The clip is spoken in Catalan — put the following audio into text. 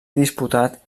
diputat